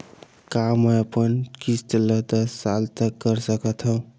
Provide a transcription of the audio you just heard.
का मैं अपन किस्त ला दस साल तक कर सकत हव?